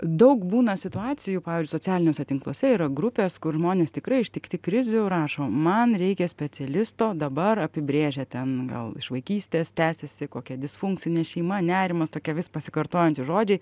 daug būna situacijų pavyzdžiui socialiniuose tinkluose yra grupės kur žmonės tikrai ištikti krizių rašo man reikia specialisto dabar apibrėžia ten gal iš vaikystės tęsiasi kokia disfunkcinė šeima nerimas tokie vis pasikartojantys žodžiai